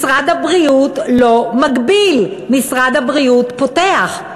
משרד הבריאות לא מגביל, משרד הבריאות פותח.